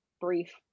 brief